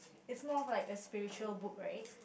is more of like a spiritual book right